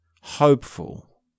hopeful